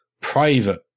private